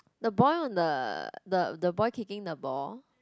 the boy on the the the boy kicking the ball